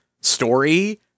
story